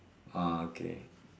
ah okay